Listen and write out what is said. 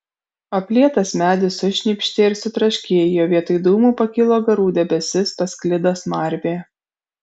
aplietas medis sušnypštė ir sutraškėjo vietoj dūmų pakilo garų debesis pasklido smarvė